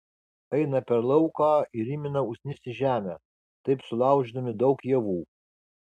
eina per lauką ir įmina usnis į žemę taip sulaužydami daug javų